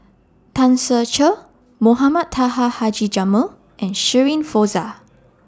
Tan Ser Cher Mohamed Taha Haji Jamil and Shirin Fozdar